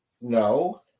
No